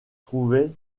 trouvait